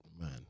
man